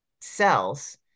cells